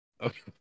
Okay